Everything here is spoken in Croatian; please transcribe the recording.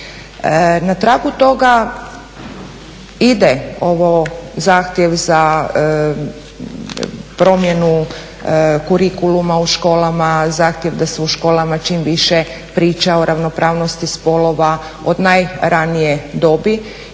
Na tragu toga ide ovo zahtjev za promjenu kurikuluma u školama, zahtjev da se u školama čim više priča o ravnopravnosti spolova od najranije dobi.